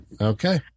Okay